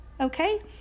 okay